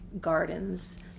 gardens